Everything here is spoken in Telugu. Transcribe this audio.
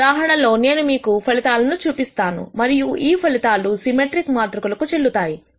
ఈ ఉదాహరణ లో నేను మీకు ఫలితాల ను చూపిస్తాను మరియు ఈ ఫలితాలు సిమెట్రిక్ మాతృక లకు చెల్లుతాయి